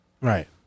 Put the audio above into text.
Right